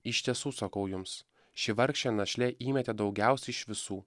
iš tiesų sakau jums ši vargšė našlė įmetė daugiausiai iš visų